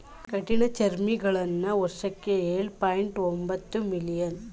ಕಠಿಣಚರ್ಮಿಗಳನ್ನ ವರ್ಷಕ್ಕೆ ಎಳು ಪಾಯಿಂಟ್ ಒಂಬತ್ತು ಮಿಲಿಯನ್ ಟನ್ಗಿಂತ ಹೆಚ್ಚಾಗಿ ಬೆಳೆಸ್ತಾರೆ